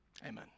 Amen